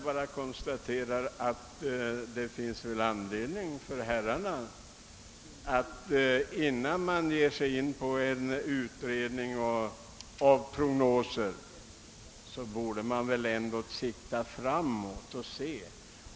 Jag konstaterar bara att det finns anledning för reservanter na att sikta framåt, när de gör sina utredningar och prognoser.